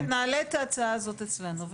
נעלה את ההצעה הזאת אצלנו.